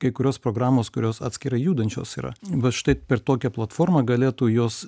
kai kurios programos kurios atskirai judančios yra vat štai per tokią platformą galėtų jos